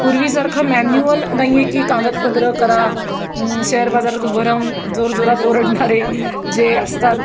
पूर्वीसारखं मॅन्युअल नाही आहे की कागदपत्र करा शेअर बाजारात उभं राहून जोरजोरात ओरडणारे जे असतात